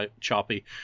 choppy